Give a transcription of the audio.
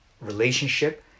relationship